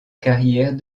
carrière